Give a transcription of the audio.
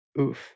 Oof